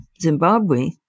Zimbabwe